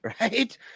right